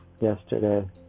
yesterday